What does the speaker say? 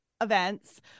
events